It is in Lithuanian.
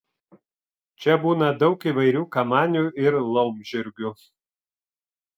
čia būna daug įvairių kamanių ir laumžirgių